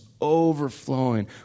overflowing